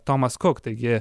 tomas kuk taigi